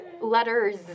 Letters